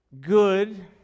good